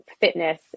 fitness